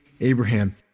Abraham